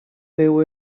veu